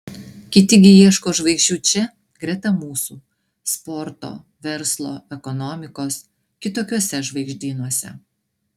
kiti gi ieško žvaigždžių čia greta mūsų sporto verslo ekonomikos kitokiuose žvaigždynuose